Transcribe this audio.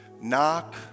Knock